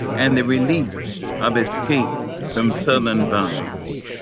and the relief of escape from southern bombs.